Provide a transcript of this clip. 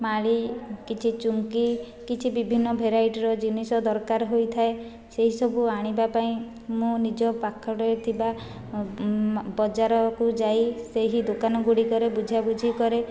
ମାଳୀ କିଛି ଚୁମକି କିଛି ବିଭିନ୍ନ ଭେରାଇଟିର ଜିନିଷ ଦରକାର ହୋଇଥାଏ ସେହି ସବୁ ଆଣିବା ପାଇଁ ମୁଁ ନିଜ ପାଖରେ ଥିବା ବଜାରକୁ ଯାଇ ସେହି ଦୋକାନ ଗୁଡ଼ିକରେ ବୁଝା ବୁଝି କରେ